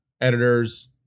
editors